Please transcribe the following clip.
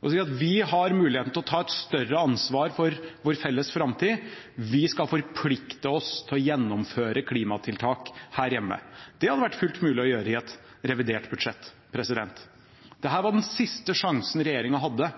og si at vi har muligheten til å ta et større ansvar for vår felles framtid, vi skal forplikte oss til å gjennomføre klimatiltak her hjemme. Det hadde det vært fullt mulig å gjøre i et revidert budsjett. Dette var den siste sjansen regjeringen hadde